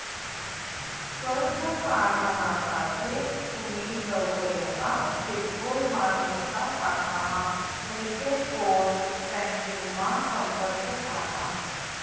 कर्ज काढानासाठे तुमी जवयना किरकोय मालमत्ता शाखामा नैते फोन ब्यांकिंगमा संपर्क साधा